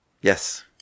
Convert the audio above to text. Yes